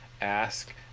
ask